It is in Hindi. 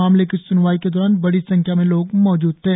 मामले की सूनवाई के दौरान बड़ी संख्या में लोग मौजूद थे